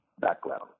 background